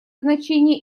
значение